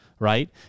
right